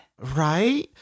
Right